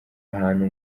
ahantu